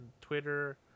Twitter